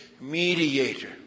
mediator